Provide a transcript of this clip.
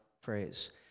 phrase